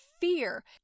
fear